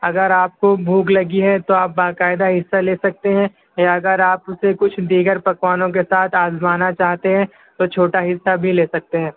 اگر آپ کو بھوک لگی ہے تو آپ باقاعدہ حصہ لے سکتے ہیں لہٰذا اگر آپ اسے کچھ دیگر پکوانوں کے ساتھ آپ جانا چاہتے ہیں تو چھوٹا حصہ بھی لے سکتے ہیں